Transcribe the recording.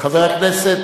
חבר הכנסת,